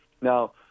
now